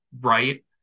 right